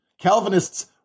Calvinists